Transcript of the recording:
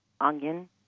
onion